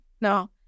no